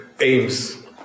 aims